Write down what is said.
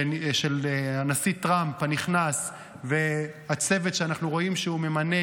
של הנשיא הנכנס טראמפ והצוות שאנחנו רואים שהוא ממנה,